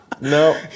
No